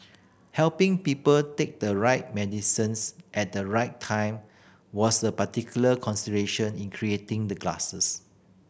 helping people take the right medicines at the right time was a particular consideration in creating the glasses